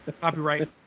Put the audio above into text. Copyright